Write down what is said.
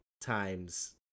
times